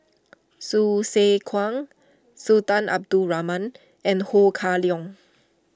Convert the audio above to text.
Hsu Tse Kwang Sultan Abdul Rahman and Ho Kah Leong